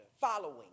following